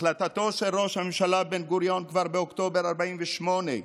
החלטתו של ראש הממשלה בן-גוריון כבר באוקטובר 48'